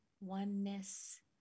oneness